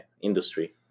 industry